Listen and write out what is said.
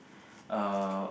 uh